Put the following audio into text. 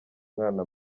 mwana